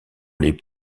les